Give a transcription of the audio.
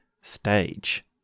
stage